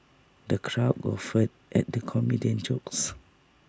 the crowd guffawed at the comedian's jokes